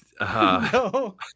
no